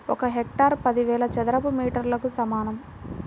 ఒక హెక్టారు పదివేల చదరపు మీటర్లకు సమానం